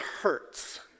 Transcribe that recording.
hurts